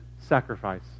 sacrifice